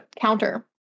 counter